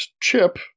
Chip